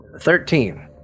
Thirteen